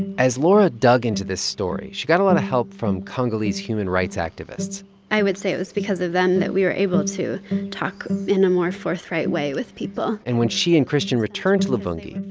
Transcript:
as laura dug into the story, she got a lot of help from congolese human rights activists i would say it was because of them that we were able to talk in a more forthright way with people and when she and christian returned to luvungi,